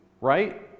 right